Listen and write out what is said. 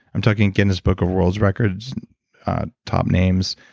i'm talking guinness book of world records top names,